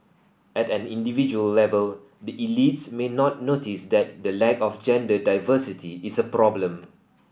at an individual level the elites may not notice that the lack of gender diversity is a problem